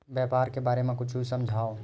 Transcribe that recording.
व्यापार के बारे म कुछु समझाव?